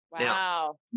Wow